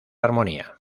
armonía